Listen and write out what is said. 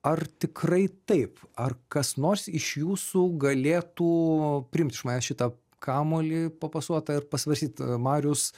ar tikrai taip ar kas nors iš jūsų galėtų priimt iš manęs šitą kamuolį papasuotą ir pasvarstyt marius